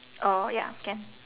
orh ya can